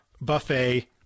buffet